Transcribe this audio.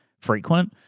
frequent